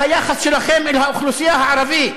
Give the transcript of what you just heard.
היחס שלכם אל האוכלוסייה הערבית.